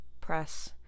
press